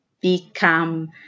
become